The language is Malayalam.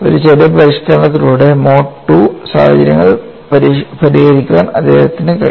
ചെറിയ പരിഷ്കരണത്തിലൂടെ മോഡ് II സാഹചര്യങ്ങൾ പരിഹരിക്കാൻ അദ്ദേഹത്തിന് കഴിഞ്ഞു